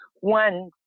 One